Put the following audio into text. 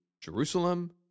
Jerusalem